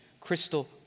crystal